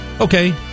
Okay